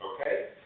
okay